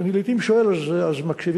כשאני לעתים שואל אז מקשיבים,